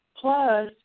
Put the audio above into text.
Plus